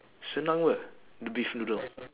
senang ke the beef noodle